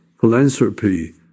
philanthropy